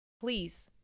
Please